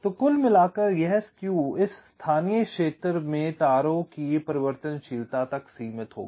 तो कुल मिलाकर यह स्क्यू इस स्थानीय क्षेत्र में तारों की परिवर्तनशीलता तक सीमित होगा